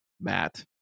Matt